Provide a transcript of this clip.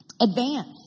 Advance